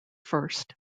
first